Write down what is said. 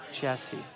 Jesse